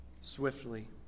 swiftly